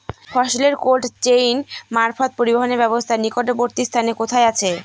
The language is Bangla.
ফসলের কোল্ড চেইন মারফত পরিবহনের ব্যাবস্থা নিকটবর্তী স্থানে কোথায় আছে?